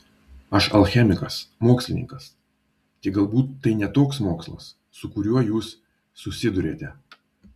aš alchemikas mokslininkas tik galbūt tai ne toks mokslas su kuriuo jūs susiduriate